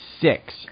six